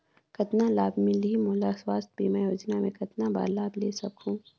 कतना लाभ मिलही मोला? स्वास्थ बीमा योजना मे कतना बार लाभ ले सकहूँ?